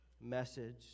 message